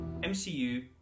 MCU